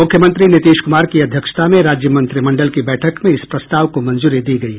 मुख्यमंत्री नीतीश कुमार की अध्यक्षता में राज्य मंत्रिमंडल की बैठक में इस प्रस्ताव को मंजूरी दी गयी